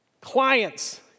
clients